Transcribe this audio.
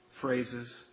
phrases